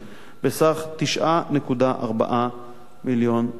בסך 9.4 מיליון שקלים.